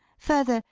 further,